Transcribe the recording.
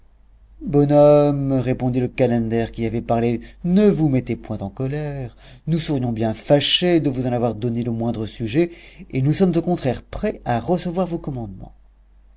bonhomme reprit le calender qui avait parlé ne vous mettez point en colère nous serions bien fâchés de vous en avoir donné le moindre sujet et nous sommes au contraire prêts à recevoir vos commandements